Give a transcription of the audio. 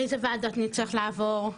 איזה ועדות נצטרך לעבור,